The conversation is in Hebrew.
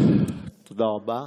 תודה רבה.